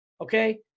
okay